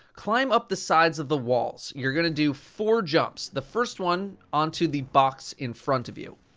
climb up the sides of the walls, you're going to do four jumps, the first one onto the box in front of you.